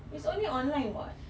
it's only online [what]